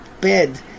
bed